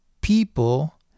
People